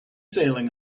sailing